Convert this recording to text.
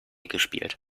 gespielt